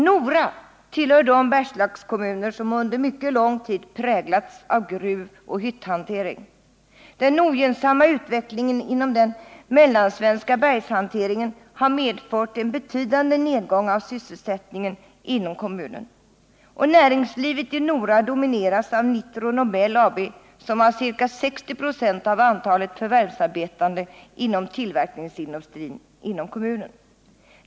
Nora tillhör de Bergslagskommuner som under mycket lång tid präglats av gruvoch hytthantering. Den ogynnsamma utvecklingen inom den mellansvenska bergshanteringen har medfört en betydande nedgång av sysselsättningen inom kommunen. Näringslivet i Nora domineras av Nitro Nobel AB, som har ca 60 96 av antalet förvärvsarbetande inom tillverkningsindustrin i kommunen.